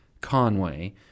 Conway